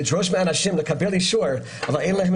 לדרוש מאנשים לקבל אישור אבל אין להם